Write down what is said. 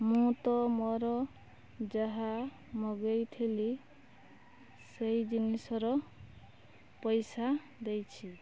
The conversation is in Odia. ମୁଁ ତ ମୋର ଯାହା ମଗାଇଥିଲି ସେଇ ଜିନିଷର ପଇସା ଦେଇଛି